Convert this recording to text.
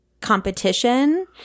competition